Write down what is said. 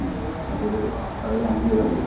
മ് അപ്പം ഇത് അത് ഒരു അഞ്ച് കിലോ മതി